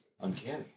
uncanny